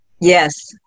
Yes